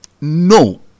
No